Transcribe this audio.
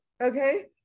Okay